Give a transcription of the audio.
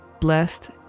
blessed